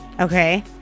Okay